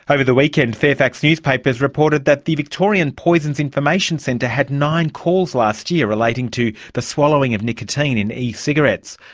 over the weekend fairfax newspapers reported that the victorian poisons information centre had nine calls last year relating to the swallowing of nicotine in e-cigarettes,